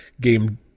game